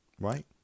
right